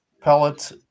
pellets